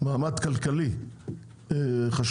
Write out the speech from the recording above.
מעמד כלכלי חשוב,